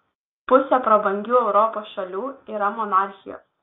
pusė prabangių europos šalių yra monarchijos